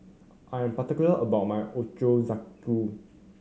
I am particular about my Ochazuke